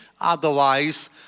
Otherwise